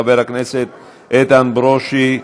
של חבר הכנסת איתן ברושי.